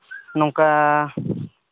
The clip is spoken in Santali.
ᱱᱚᱝᱠᱟ